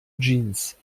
jeans